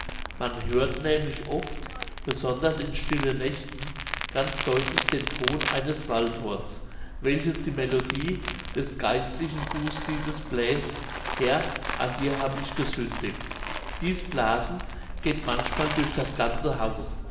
man hört nämlich oft besonders in stillen nächten ganz deutlich den ton eines waldhorns welches die melodie des geistlichen bußliedes bläst herr an dir hab ich gesündigt dies blasen geht manchmal durch das ganze haus